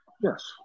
Yes